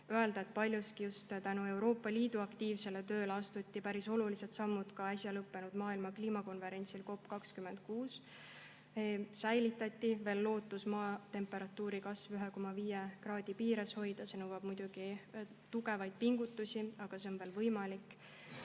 paljuski just tänu Euroopa Liidu aktiivsele tööle astuti päris olulised sammud äsja lõppenud maailma kliimakonverentsil COP26, säilitati veel lootus Maa temperatuuri kasv 1,5 kraadi piires hoida. See nõuab muidugi tugevaid pingutusi, aga see on võimalik.